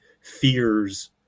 fears